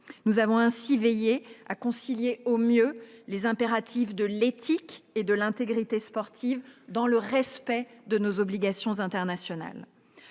Nous avons ainsi veillé à concilier au mieux les impératifs de l'éthique et de l'intégrité sportives, dans le respect de nos obligations internationales.